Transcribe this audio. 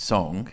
Song